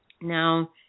Now